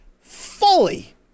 fully